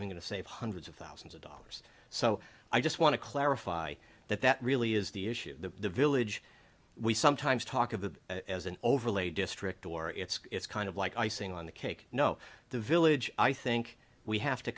even going to save hundreds of thousands of dollars so i just want to clarify that that really is the issue the village we sometimes talk of the as an overlay district or it's kind of like icing on the cake no the village i think we have to